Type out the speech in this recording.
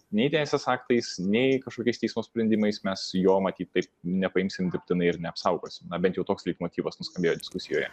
nei teisės aktais nei kažkokiais teismo sprendimais mes jo matyt taip nepaimsim dirbtinai ir neapsaugosim na bent jau toks leitmotyvas nuskambėjo diskusijoje